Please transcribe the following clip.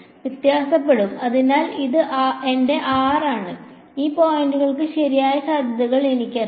വ്യത്യാസപ്പെടും അതിനാൽ ഇത് എന്റെ r ആണ് ഈ പോയിന്റുകൾക്ക് ശരിയായ സാധ്യതകൾ എനിക്കറിയാം